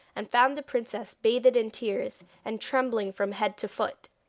and found the princess bathed in tears, and trembling from head to foot.